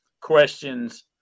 questions